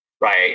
Right